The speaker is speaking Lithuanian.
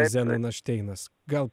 zenonas šteinas gal